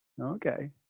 okay